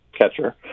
catcher